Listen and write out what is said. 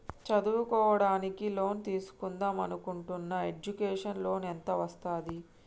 చదువుకోవడానికి లోన్ తీస్కుందాం అనుకుంటున్నా ఎడ్యుకేషన్ లోన్ ఎంత వస్తది?